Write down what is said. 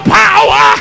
power